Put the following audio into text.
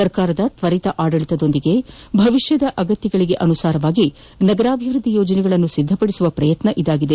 ಸರ್ಕಾರದ ತ್ವರಿತ ಆದಳಿತದೊಂದಿಗೆ ಭವಿಷ್ಯದ ಅಗತ್ಯಕ್ಕನುಸಾರ ನಗರಾಭಿವೃದ್ದಿ ಯೋಜನೆಗಳನ್ನು ಸಿದ್ದಪದಿಸುವ ಪ್ರಯತ್ನ ಇದಾಗಿದೆ